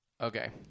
Okay